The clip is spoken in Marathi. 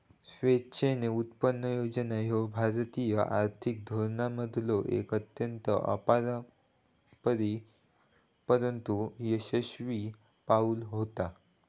स्वेच्छेने उत्पन्न योजना ह्या भारतीय आर्थिक धोरणांमधलो एक अत्यंत अपारंपरिक परंतु यशस्वी पाऊल होता